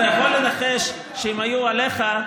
אתה יכול לנחש שאם היו עליך,